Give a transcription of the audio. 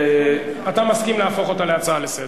אתה מסכים להפוך אותה להצעה לסדר-היום?